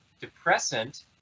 depressant